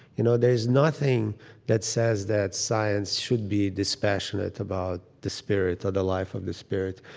you know there is nothing that says that science should be dispassionate about the spirit or the life of the spirit.